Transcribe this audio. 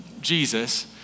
Jesus